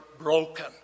broken